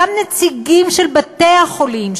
גם נציגים של בתי-החולים,